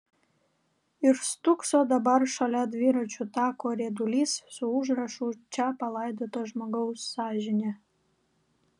ir stūkso dabar šalia dviračių tako riedulys su užrašu čia palaidota žmogaus sąžinė